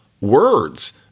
words